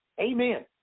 amen